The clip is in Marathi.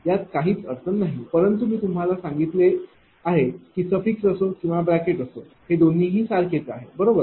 यात काहीच अडचण नाही परंतु मी तुम्हाला सांगितले की सफिक्स असो किंवा ब्रॅकेट असो हे दोन्हीही सारखेच आहे बरोबर